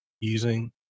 using